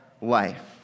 life